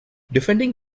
defending